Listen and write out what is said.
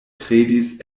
kredis